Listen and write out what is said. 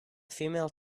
female